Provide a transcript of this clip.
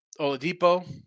Oladipo